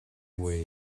way